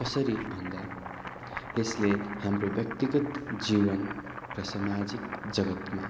कसरी भन्दा यसले हाम्रो व्यक्तिगत जीवन र सामाजिक जगत्मा